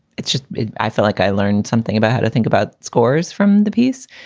it's just i feel like i learned something about how i think about scores from the piece.